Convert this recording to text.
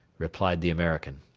replied the american.